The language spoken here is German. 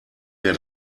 wer